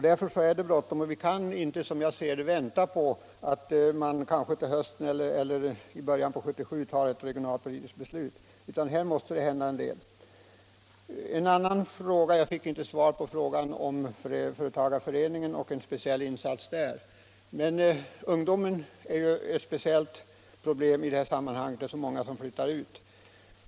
Därför är det bråttom, och som jag ser det kan vi inte vänta på att man kanske till hösten nästa år eller i början av år 1977 fattar ett regionalpolitiskt beslut, utan här måste det hända en del innan dess. Jag fick inte svar på frågan om möjligheterna att göra en speciell insats via företagarföreningen. Ungdomen är ett speciellt problem i det här sammanhanget, eftersom det är så många som flyttar ut.